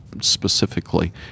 specifically